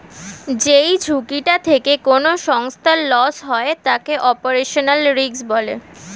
যেই ঝুঁকিটা থেকে কোনো সংস্থার লস হয় তাকে অপারেশনাল রিস্ক বলে